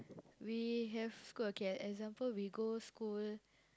we have school okay example we go school